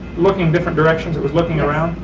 looking different directions, it was looking around.